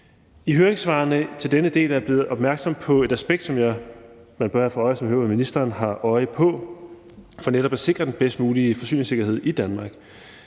I høringssvarene vedrørende denne del er jeg blevet opmærksom på et aspekt, som man bør have for øje for netop at sikre den bedst mulige forsyningssikkerhed i Danmark,